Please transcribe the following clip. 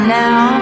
now